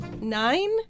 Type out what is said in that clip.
nine